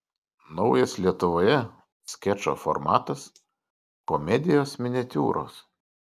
naujas lietuvoje skečo formatas komedijos miniatiūros